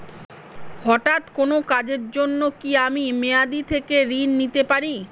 হঠাৎ কোন কাজের জন্য কি আমি মেয়াদী থেকে ঋণ নিতে পারি?